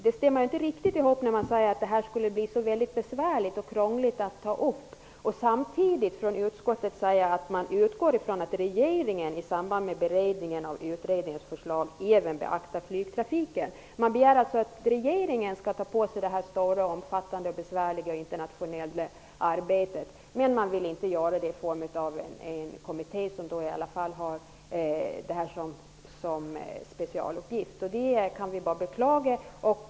Det stämmer inte riktigt, när utskottet förklarar att det skulle bli så besvärligt och krångligt att ta upp denna sak men samtidigt säger att man utgår från att regeringen i samband med beredningen av utredningens förslag även skall beakta flygtrafiken. Man begär alltså att regeringen skall ta på sig det stora omfattande och besvärliga internationella arbetet men vill inte överlåta det till kommittén, som i alla fall har detta såsom specialuppgift. Detta beklagar jag.